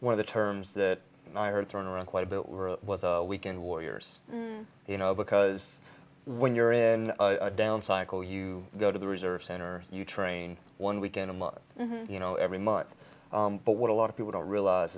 one of the terms that i heard thrown around quite a bit were weekend warriors you know because when you're in a down cycle you go to the reserve center you train one weekend a month you know every month but what a lot of people don't realize